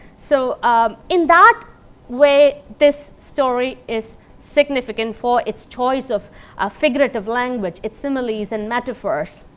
so ah in that way, this story is significant for its choice of a figurative language, its similes and metaphors.